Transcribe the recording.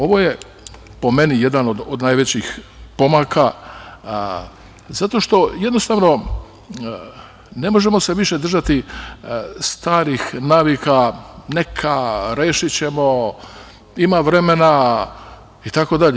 Ovo je, po meni, jedan od najvećih pomaka zato što jednostavno ne možemo se više držati starih navika „neka, rešićemo“, „ima vremena“ itd.